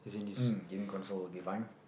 mm gaming control would be fine